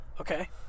Okay